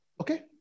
Okay